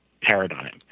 paradigm